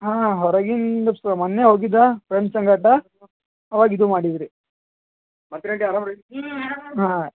ಹಾಂ ಹೊರಗಿಂದು ಮೊನ್ನೆ ಹೋಗಿದ್ದಾ ಫ್ರೆಂಡ್ಸ್ ಸಂಗಾಟ ಅವಾಗ ಇದು ಮಾಡಿದ್ದು ರೀ ಹಾಂ